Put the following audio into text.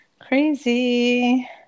crazy